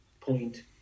point